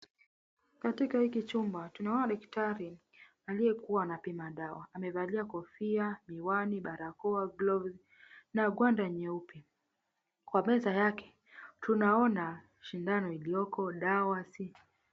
Katika hiki chumba tunaona daktari aliyekuwa anapima dawa amevalia miwani, barakao, glovu na gwanda nyeupe kwa meza yake tunaona sindano iliyoko dawa.